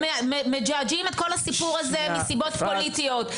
הם מג'עג'עים את כל הסיפור הזה מסיבות פוליטיות.